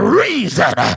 reason